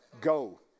Go